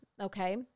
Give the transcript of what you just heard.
okay